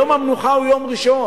יום המנוחה הוא יום ראשון.